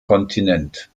kontinent